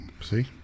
See